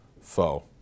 foe